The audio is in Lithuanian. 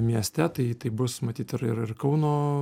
mieste tai tai bus matyt ir ir kauno